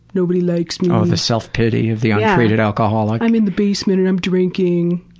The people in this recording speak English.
nobody likes me. oh the self-pity of the untreated alcoholic. i'm in the basement and i'm drinking.